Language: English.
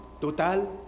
total